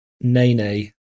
Nene